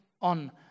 on